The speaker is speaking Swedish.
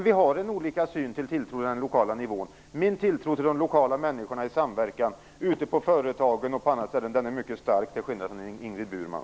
Vi har alltså olika tilltro till den lokala nivån. Min tilltro till människorna i samverkan lokalt ute på företag eller på andra ställen är alltså mycket stark - till skillnad från hur det är med